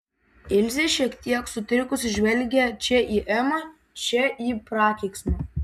ilzė šiek tiek sutrikusi žvelgė čia į emą čia į prakeiksmą